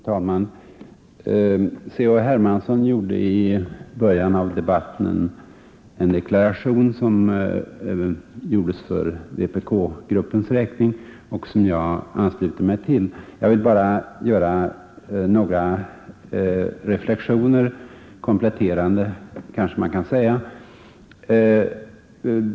Fru talman! Herr Hermansson i Stockholm avgav i början av debatten en deklaration, som gjordes även för vpk-gruppens räkning och som jag ansluter mig till. Jag vill bara göra några reflexioner — kompletterande, kanske man kan säga.